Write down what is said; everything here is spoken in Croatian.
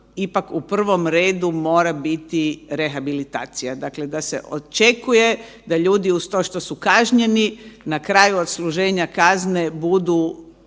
ipak u prvom redu mora biti rehabilitacija, dakle da se očekuje da ljudi uz to što su kažnjeni na kraju odsluženja kazne budu